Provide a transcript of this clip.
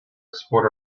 export